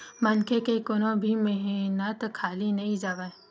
मनखे के कोनो भी मेहनत खाली नइ जावय